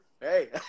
Hey